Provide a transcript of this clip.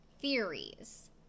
theories